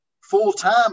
full-time